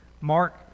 Mark